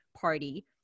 party